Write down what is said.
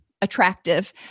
attractive